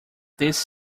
this